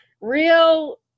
real